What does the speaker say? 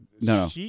no